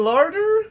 Larder